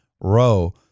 row